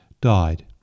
died